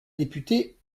députée